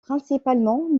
principalement